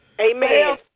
Amen